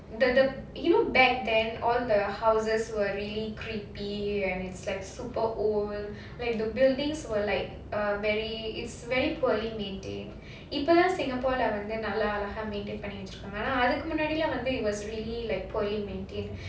the the you know back then all the houses were really creepy and it's like super old like the buildings were like uh very it's very poorly maintained இப்போ தான்:ippo dhan singapore leh வந்து நல்லா அழகா:vanthhu nallaa azhagaa maintain பண்ணி வெச்சிருக்காங்க:panni vechirukaanga it was really like poorly maintained